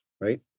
right